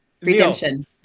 Redemption